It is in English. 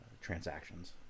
transactions